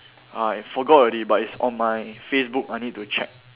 I forgot already but it's on my Facebook I need to check